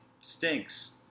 stinks